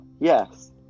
Yes